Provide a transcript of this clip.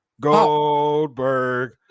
Goldberg